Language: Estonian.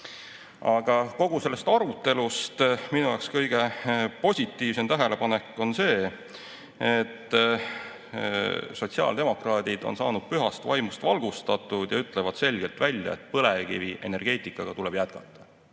Kogu sellest arutelust minu jaoks kõige positiivsem tähelepanek on see, et sotsiaaldemokraadid on saanud pühast vaimust valgustatud ja ütlevad selgelt välja, et põlevkivienergeetikaga tuleb jätkata.